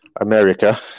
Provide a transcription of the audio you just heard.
America